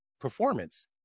performance